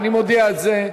אני מודיע את זה.